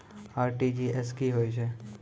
RTGS की होय छै?